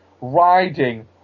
riding